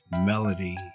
melody